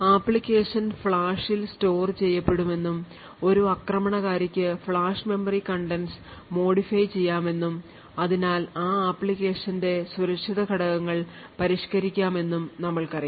application ഫ്ലാഷിൽ store ചെയ്യപ്പെടുമെന്നും ഒരു ആക്രമണകാരിക്ക് ഫ്ലാഷ് memory contents modify ചെയ്യാം എന്നും അതിനാൽ ആ ആപ്ലിക്കേഷന്റെ സുരക്ഷിത ഘടകങ്ങൾ പരിഷ്കരിക്കാമെന്നും നമ്മൾക്കറിയാം